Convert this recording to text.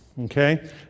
okay